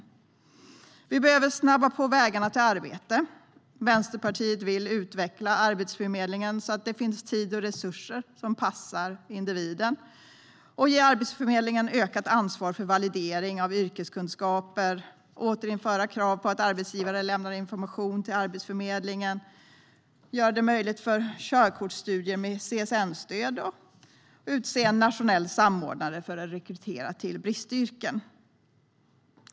För det tredje behöver vi snabba på vägarna till arbete. Vänsterpartiet vill utveckla Arbetsförmedlingen så att det finns tid och resurser som passar individen. Vi vill ge Arbetsförmedlingen ökat ansvar för validering av yrkeskunskaper, återinföra krav på att arbetsgivare lämnar information till Arbetsförmedlingen, möjliggöra för körkortsstudier med CSN-stöd och utse en nationell samordnare för att rekrytera till bristyrken.